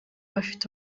bafite